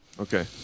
Okay